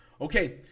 Okay